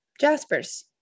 Jaspers